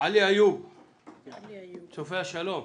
עלי איוב מתנועת צופי השלום.